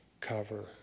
cover